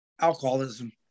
Alcoholism